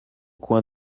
coin